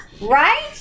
right